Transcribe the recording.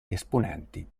esponenti